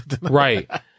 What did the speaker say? Right